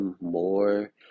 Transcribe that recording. more